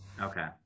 Okay